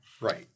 Right